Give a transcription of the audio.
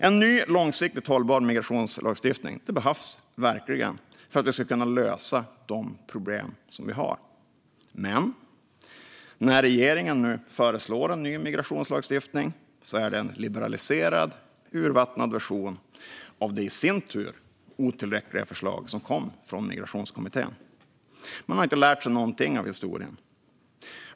En ny, långsiktigt hållbar migrationslagstiftning behövs verkligen för att vi ska kunna lösa de problem vi har. Men när regeringen nu föreslår en ny migrationslagstiftning är det en liberaliserad, urvattnad version av det i sin tur otillräckliga förslag som kom från Migrationskommittén. Man har inte lärt sig någonting av historien.